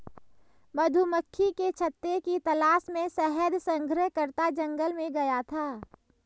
मधुमक्खी के छत्ते की तलाश में शहद संग्रहकर्ता जंगल में गया था